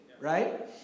Right